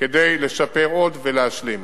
כדי לשפר עוד ולהשלים.